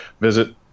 visit